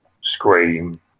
scream